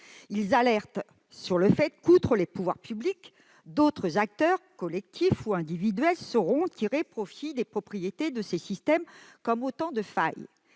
Ils alertent sur le fait que, outre les pouvoirs publics, d'autres acteurs collectifs ou individuels sauront tirer profit des propriétés de ces systèmes, comme autant de failles